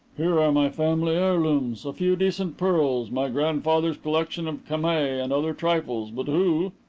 here are my family heirlooms a few decent pearls, my grandfather's collection of camei and other trifles but who?